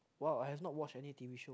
!wow! I have not watch any t_v show